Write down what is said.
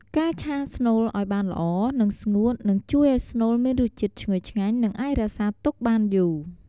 ការឆាស្នូលឲ្យបានល្អ និងស្ងួត នឹងជួយឲ្យស្នូលមានរសជាតិឈ្ងុយឆ្ងាញ់ និងអាចរក្សាទុកបានយូរ។